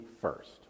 first